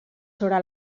sobre